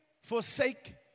forsake